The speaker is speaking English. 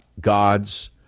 gods